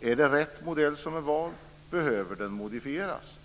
det är rätt modell som är vald eller om den behöver modifieras.